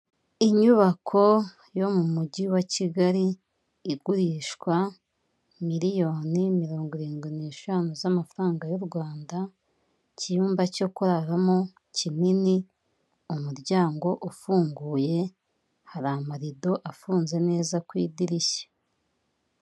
Inyubako yo mu mujyi wa Kigali igurishwa miliyoni mirongo irindwi n'eshanu z'amafaranga y'u Rwanda, icyumba cyo kuravamo kinini, umuryango ufunguye, hari amarido afunze neza ku idirishya.